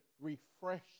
refresh